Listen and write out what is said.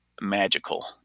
magical